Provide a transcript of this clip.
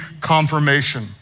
confirmation